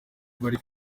bari